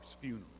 funeral